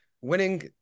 winning